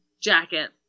jacket